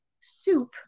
soup